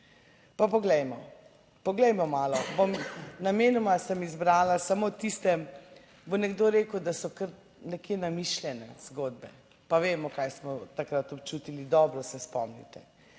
poglejmo, malo bom namenoma sem izbrala samo tiste, bo nekdo rekel, da so kar nekje namišljene zgodbe pa vemo kaj smo takrat občutili. Dobro se spomnite.